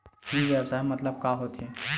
ई व्यवसाय मतलब का होथे?